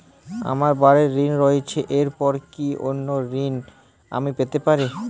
আমার বাড়ীর ঋণ রয়েছে এরপর কি অন্য ঋণ আমি পেতে পারি?